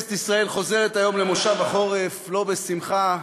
כנסת ישראל חוזרת היום למושב החורף, לא בשמחה,